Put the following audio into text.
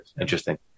Interesting